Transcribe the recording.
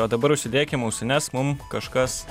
o dabar užsidėkim ausines mum kažkas